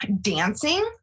dancing